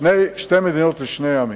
לשני עמים,